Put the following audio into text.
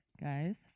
guys